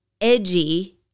edgy